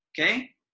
okay